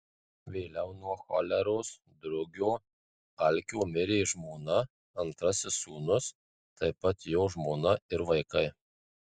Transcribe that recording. vėliau nuo choleros drugio alkio mirė žmona antrasis sūnus taip pat jo žmona ir vaikai